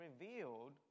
revealed